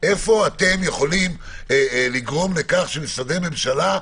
איך אתם יכולים לגרום לכך שמשרדי ממשלה,